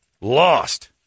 lost